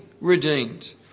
redeemed